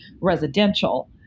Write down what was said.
residential